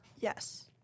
Yes